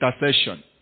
intercession